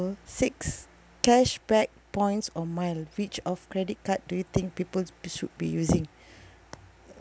six cashback points or miles which of credit card do you think people should be using